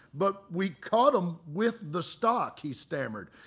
but we caught em with the stock, he stammered.